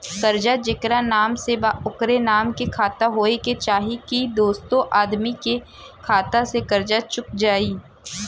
कर्जा जेकरा नाम से बा ओकरे नाम के खाता होए के चाही की दोस्रो आदमी के खाता से कर्जा चुक जाइ?